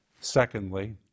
Secondly